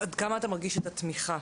עד כמה אתה מרגיש את התמיכה